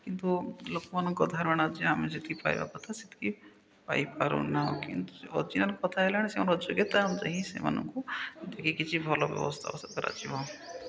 କିନ୍ତୁ ଲୋକମାନଙ୍କ ଧାରଣା ଯେ ଆମେ ଯେତିକି ପାଇବା କଥା ସେତିକି ପାଇପାରୁନାହୁଁ କିନ୍ତୁ ଅର୍ଜିନାଲ କଥା ହେଲାଣି ସେଇ ଯୋଗ୍ୟତା ଅନୁଯାୟୀ ସେମାନଙ୍କୁ ଦେଖି କିଛି ଭଲ ବ୍ୟବସ୍ଥା ସେ କରାଯାଯିବ